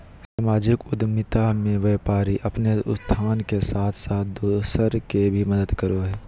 सामाजिक उद्द्मिता मे व्यापारी अपने उत्थान के साथ साथ दूसर के भी मदद करो हय